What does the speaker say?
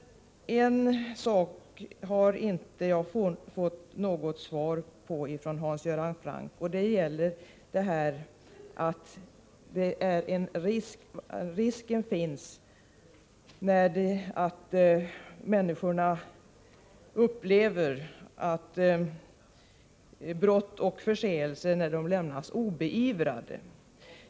En sak har jag inte fått något svar på av Hans Göran Franck. Jag talade om risken för att människorna upplever att brott och förseelser lämnas obeivrade.